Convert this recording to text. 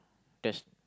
test